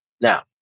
Now